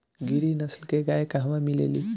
गिरी नस्ल के गाय कहवा मिले लि?